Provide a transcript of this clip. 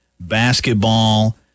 basketball